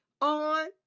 on